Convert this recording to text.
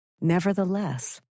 Nevertheless